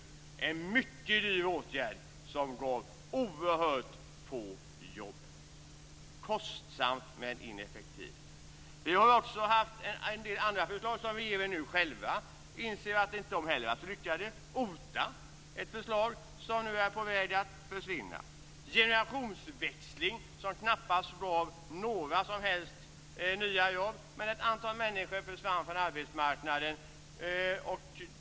Det var en mycket dyr åtgärd som gav oerhört få jobb. Det var kostsamt men ineffektivt. Vi har också haft en del andra förslag som regeringen nu själv inser inte har varit så lyckade. OTA var ett förslag som nu är på väg att försvinna. Generationsväxlingen gav knappast några som helst nya jobb, men ett antal människor försvann från arbetsmarknaden.